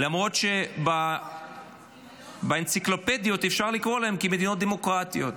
למרות שבאנציקלופדיות אפשר לקרוא עליהן כמדינות דמוקרטיות.